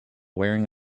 wearing